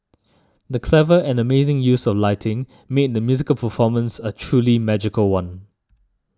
the clever and amazing use of lighting made the musical performance a truly magical one